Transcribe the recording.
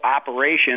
operation